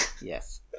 Yes